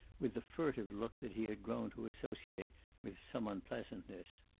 with the furtive look that he had grown to associate with some unpleasantness.